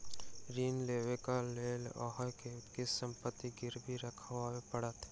ऋण लेबाक लेल अहाँ के किछ संपत्ति गिरवी राखअ पड़त